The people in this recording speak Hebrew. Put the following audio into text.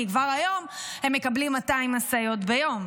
כי כבר היום הם מקבלים 200 משאיות ביום.